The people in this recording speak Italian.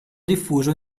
diffuso